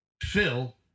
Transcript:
Phil